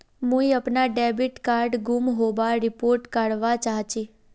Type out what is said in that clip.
मुई अपना debit card गूम होबार रिपोर्ट करवा चहची